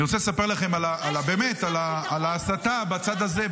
אני רוצה לספר לכם על ההסתה בצד הזה.